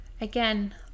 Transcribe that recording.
Again